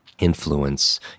Influence